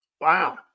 Wow